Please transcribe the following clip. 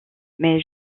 mais